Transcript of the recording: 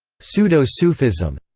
pseudo-sufism,